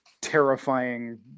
terrifying